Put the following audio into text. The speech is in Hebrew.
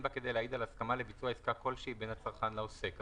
בה כדי להעיד על הסכמה לביצוע עסקה כלשהי בין הצרכן לעוסק".